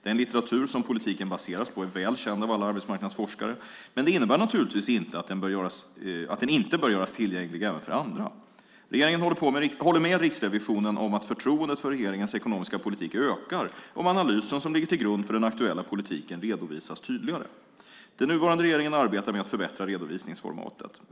Den litteratur som politiken baseras på är väl känd av alla arbetsmarknadsforskare, men det innebär naturligtvis inte att den inte bör göras tillgänglig även för andra. Regeringen håller med Riksrevisionen om att förtroendet för regeringens ekonomiska politik ökar om analysen som ligger till grund för den aktuella politiken redovisas tydligare. Den nuvarande regeringen arbetar med att förbättra redovisningsformatet.